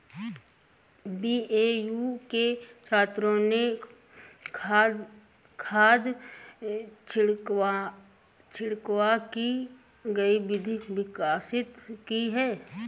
BAU के छात्रों ने खाद छिड़काव की नई विधि विकसित की है